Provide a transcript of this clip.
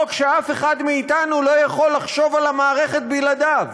חוק שאף אחד מאיתנו לא יכול לחשוב על המערכת בלעדיו.